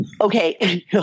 Okay